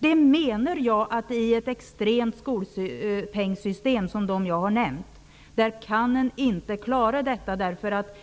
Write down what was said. Jag menar att i extrema skolpengssystem, sådana som dem jag har nämnt, kan man inte klara detta, därför att